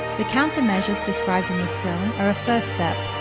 the counter measures described in this film are a first step.